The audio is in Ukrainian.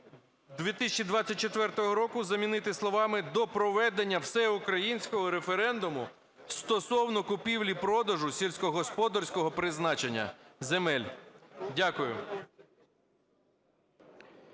2024 року" замінити словами "До проведення всеукраїнського референдуму стосовно купівлі-продажу сільськогосподарського призначення земель". Дякую.